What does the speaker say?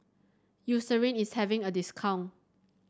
Eucerin is having a discount